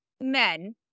men